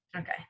Okay